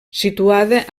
situada